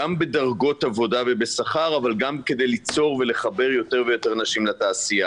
גם בדרגות עבודה ובשכר אבל גם כדי ליצור ולחבר יותר ויותר נשים לתעשייה.